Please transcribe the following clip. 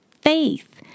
faith